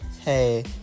hey